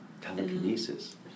telekinesis